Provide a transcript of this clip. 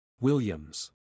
Williams